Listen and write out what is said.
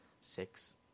Six